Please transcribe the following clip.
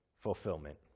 fulfillment